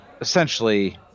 essentially